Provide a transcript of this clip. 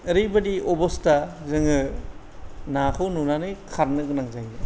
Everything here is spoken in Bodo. ओरैबादि अबस्था जोङो नाखौ नुनानै खारनो गोनां जाहैयो